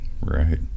Right